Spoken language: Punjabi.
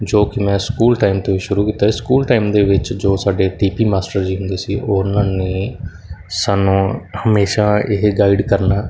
ਜੋ ਕਿ ਮੈਂ ਸਕੂਲ ਟਾਈਮ ਤੋਂ ਹੀ ਸ਼ੁਰੂ ਕੀਤਾ ਸੀ ਸਕੂਲ ਟਾਈਮ ਦੇ ਵਿੱਚ ਜੋ ਸਾਡੇ ਡੀ ਪੀ ਮਾਸਟਰ ਜੀ ਹੁੰਦੇ ਸੀ ਉਹ ਉਹਨਾਂ ਨੇ ਸਾਨੂੰ ਹਮੇਸ਼ਾ ਇਹ ਗਾਈਡ ਕਰਨਾ